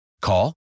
Call